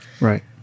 right